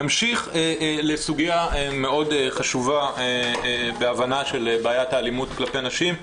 נמשיך לסוגיה מאוד חשובה בהבנה של בעיית האלימות כלפי נשים,